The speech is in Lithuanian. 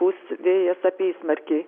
pūs vėjas apysmarkiai